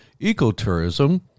ecotourism